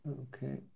okay